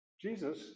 Jesus